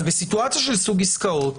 אז בסיטואציה של סוג עסקאות,